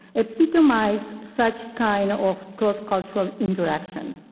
epitomized such kind of cross-cultural interaction.